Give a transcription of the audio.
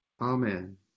Amen